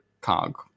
cog